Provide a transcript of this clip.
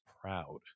proud